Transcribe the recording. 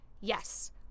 yes